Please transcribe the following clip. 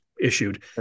issued